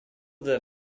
their